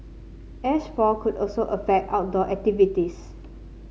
Ash fall could also affect outdoor activities